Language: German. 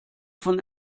von